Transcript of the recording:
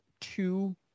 two